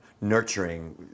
nurturing